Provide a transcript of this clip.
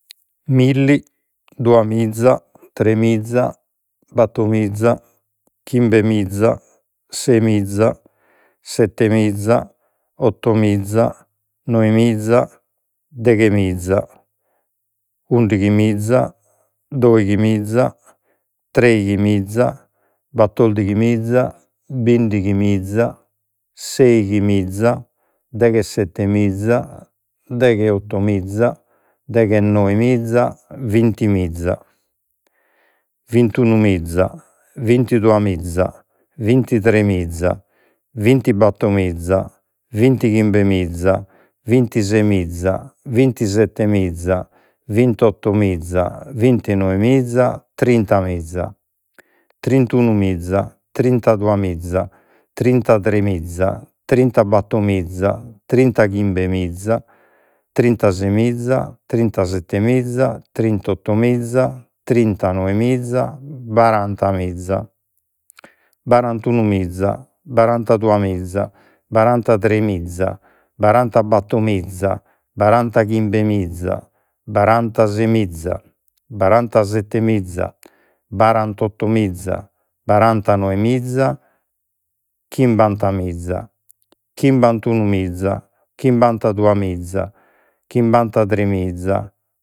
Milli duamiza tremiza battomiza chimbemiza semiza settemiza ottomiza noemiza deghemiza undighimiza doighimiza treighimiza battordighimiza bindighimiza seighimiza deghesettemiza degheottomiza deghenoemiza vintimiza vintunumiza vintiduamiza vintitremiza vintibattomiza vintighimbemiza vintisemiza vintisettemiza vintottomiza vintinoemiza trintamiza trintunumiza trintaduamiza trintatremiza trintabattomiza trintachimbemiza trintasemiza trintasettemiza trintottomiza trintanoemiza barantamiza barantunumiza barantaduamiza barantatremiza barantabattomiza barantachimbemiza barantasemiza barantasettemiza barantottomiza barantanoemiza chimbantamiza chimbantunumiza chimbantaduamiza chimbantatremiza